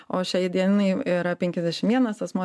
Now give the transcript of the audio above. o šiai dienai yra penkiasdešim vienas asmuo